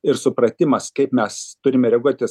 ir supratimas kaip mes turime reaguoti